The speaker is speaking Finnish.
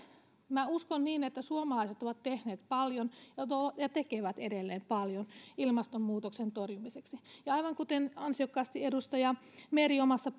minä uskon että suomalaiset ovat tehneet paljon ja ja tekevät edelleen paljon ilmastonmuutoksen torjumiseksi aivan kuten ansiokkaasti edustaja meri omassa